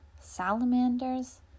Salamanders